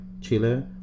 chile